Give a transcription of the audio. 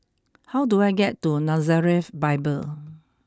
how do I get to Nazareth Bible